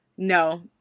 No